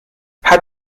hat